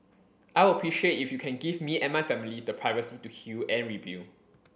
I would appreciate if you can give me and my family the privacy to heal and rebuild